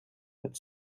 het